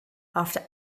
after